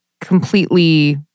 completely